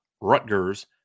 Rutgers